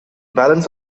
balance